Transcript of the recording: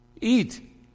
eat